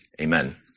amen